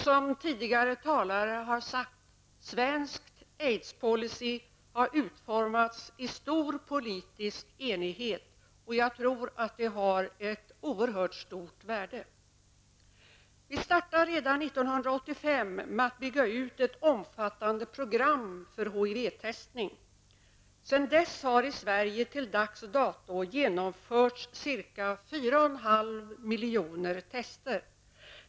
Som tidigare talare har sagt: Svensk aids-policy har utformats i stor politisk enighet. Jag tror också att detta har ett oerhört stort värde. Vi startade redan 1985 med att bygga ut ett omfattande program för HIV-testning. Sedan dess har i Sverige till dags dato genomförts ca 4,5 miljoner tester.